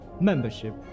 Membership